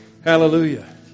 Hallelujah